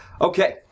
Okay